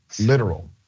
literal